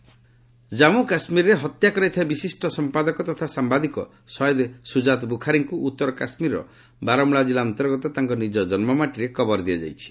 JK journalist killed Jammu କାଶ୍ମୀରରେ ହତ୍ୟା କରାଯାଇଥିବା ବିଶିଷ୍ଟ ସମ୍ପାଦକ ତଥା ସାମ୍ବାଦିକ ସଏଦ ସୁଜାତ୍ ବୁଖାରୀଙ୍କୁ ଉତ୍ତର କାଶ୍ମୀରର ବାରମଳା ଜିଲ୍ଲା ଅନ୍ତର୍ଗତ ତାଙ୍କ ନିଜ ଜନ୍ମୁମାଟିରେ କବର ଦିଆଯାଇଛି